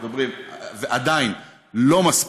זה עדיין לא מספיק,